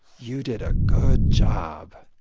you did a good job.